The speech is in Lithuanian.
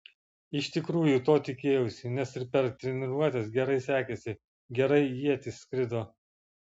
iš tikrųjų to tikėjausi nes ir per treniruotes gerai sekėsi gerai ietis skrido